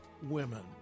women